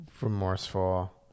remorseful